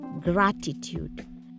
Gratitude